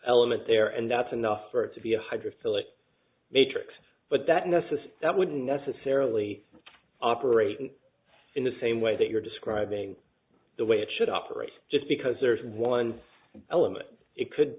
element there and that's enough for it to be a hydrophilic matrix but that nessus that wouldn't necessarily operate in the same way that you're describing the way it should operate just because there's one element it could